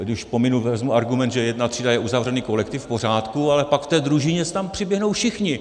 Když vezmu argument, že jedna třída je uzavřený kolektiv, v pořádku, ale pak v té družině tam přiběhnou všichni.